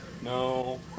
No